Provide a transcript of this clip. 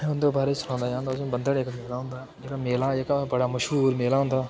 उं'दे बारे च सनाना चाह्न्नां तु'सें ई बंधड़ इक मेला होंदा ऐ जेह्का मेला जेह्का बड़ा मश्हूर मेला होंदा ऐ